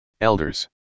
Elders